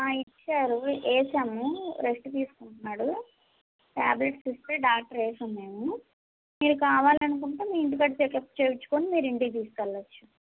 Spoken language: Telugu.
ఇచ్చారు వేసాము రెస్ట్ తీసుకుంటున్నాడు టాబ్లెట్స్ ఇస్తే డాక్టరు వేసాము మేము మీరు కావాలనుకుంటే మీ ఇంటి దగ్గర చెక్ చేయించుకుని మీరు ఇంటికి తీసుకెళ్ళచ్చు